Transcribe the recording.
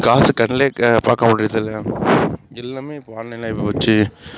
காசை கண்ணிலயே பார்க்க முடியறதில்ல எல்லாம் இப்போது ஆன்லைன் ஆகிப்போச்சு